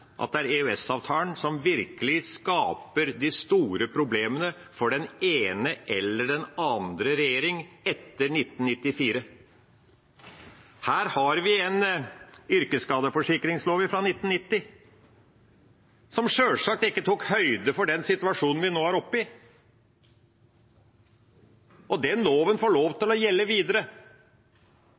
EØS-avtalen som har skapt de virkelig store problemene for den ene etter den andre regjeringa etter 1994. Vi har en yrkesskadeforsikringslov fra 1990, som sjølsagt ikke tok høyde for den situasjonen som vi nå er oppi, og den loven får lov til å gjelde videre.